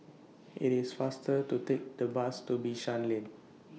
IT IS faster to Take The Bus to Bishan Lane